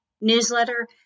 newsletter